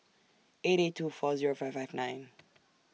eight eight two four Zero five five nine